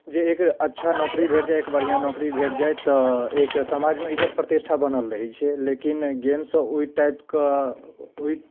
जे एक अच्छा नौकरी भेट जाइ एक बढ़िआँ नौकरी भेट जाइ तऽ एक समाजमे इज्जत प्रतिष्ठा बनल रहैत छै लेकिन गेमसँ ओहि टाइपके ऽ ओहि